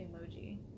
emoji